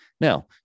Now